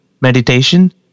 meditation